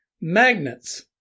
Magnets